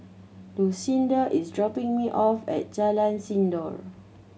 Lucinda is dropping me off at Jalan Sindor